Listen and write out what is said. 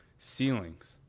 ceilings